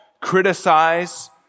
criticize